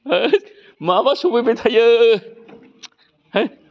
होथ माबा सफैबाय थायो हो